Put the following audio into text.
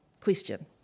question